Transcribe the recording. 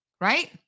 right